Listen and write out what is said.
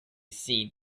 seen